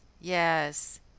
Yes